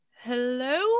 hello